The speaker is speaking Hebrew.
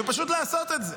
ופשוט לעשות את זה.